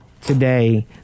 today